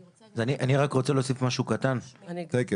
חוה,